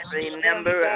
remember